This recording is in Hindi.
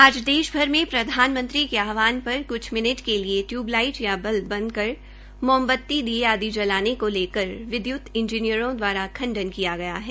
आज देशभर में प्रधानमंत्री के आहवान पर कुछ मिनट के लिए टयुबलाइट या बल्ब बंद कर मोमवती दीये आदि जलाने को लेकर विदयुत इंजीनियरों द्वारा खंडन किया गया है